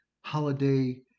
holiday